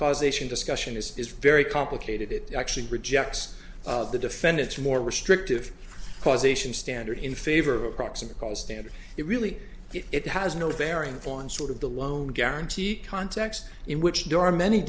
cause ation discussion is very complicated it actually rejects the defendant's more restrictive causation standard in favor of approximate calls standard it really it has no bearing on sort of the loan guarantee context in which there are many